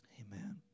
amen